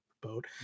boat